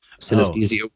Synesthesia